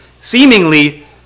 seemingly